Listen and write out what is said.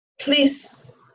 Please